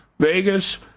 Vegas